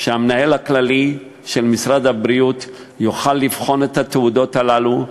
שהמנהל הכללי של משרד הבריאות יוכל לבחון את התעודות הללו,